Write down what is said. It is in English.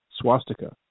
swastika